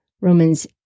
Romans